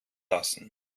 lassen